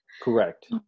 correct